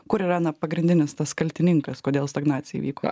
kur yra ne pagrindinis tas kaltininkas kodėl stagnacija įvyko